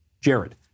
Jared